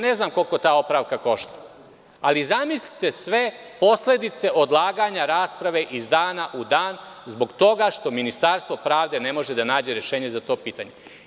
Ne znam koliko ta opravka košta, ali zamislite sve posledice odlaganja rasprave iz dana u dan zbog toga što Ministarstvo pravde ne može da nađe rešenje za to pitanje.